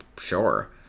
Sure